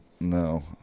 No